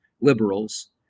liberals